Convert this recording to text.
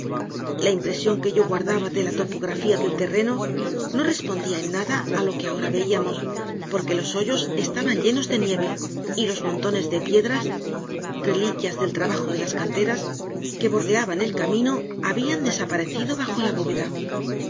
la impresión que yo guardaba de la topografía del terreno no respondía en nada a lo que ahora veíamos porque los hoyos estaban llenos de nieve y los montones de piedras reliquias del trabajo de las canteras que bordeaban el camino habían desaparecido bajo la bóveda